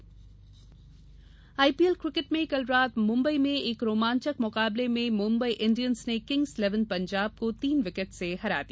IPL IPL cricket में कल रात मुम्बई में एक रोमांचक मुकाबले में मुम्बई इंडियंस ने किंग्स इलेवन पंजाब को तीन विकेट से हरा दिया